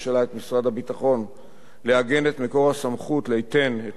הביטחון לעגן את מקור הסמכות ליתן את ההטבות